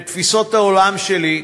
בתפיסות העולם שלי,